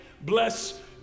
bless